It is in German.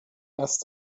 erst